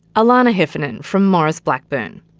alana heffernan, from maurice blackburn.